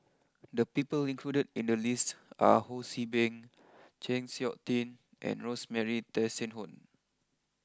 the people included in the list are Ho see Beng Chng Seok Tin and Rosemary Tessensohn